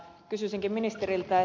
kysyisinkin ministeriltä